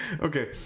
Okay